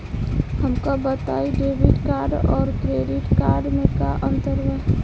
हमका बताई debit card और क्रेडिट कार्ड में का अंतर बा?